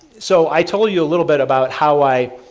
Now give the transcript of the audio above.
so i told you a little bit about how i